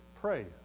pray